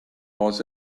was